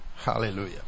Hallelujah